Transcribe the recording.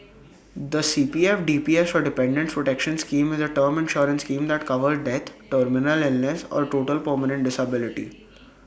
the C P F D P S or Dependants' protection scheme is A term insurance scheme that covers death terminal illness or total permanent disability